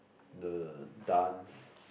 the dance